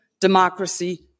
democracy